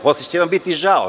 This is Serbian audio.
Posle će vam biti žao.